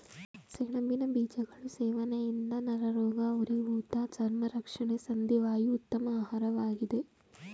ಸೆಣಬಿನ ಬೀಜಗಳು ಸೇವನೆಯಿಂದ ನರರೋಗ, ಉರಿಊತ ಚರ್ಮ ರಕ್ಷಣೆ ಸಂಧಿ ವಾಯು ಉತ್ತಮ ಆಹಾರವಾಗಿದೆ